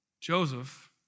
Joseph